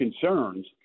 concerns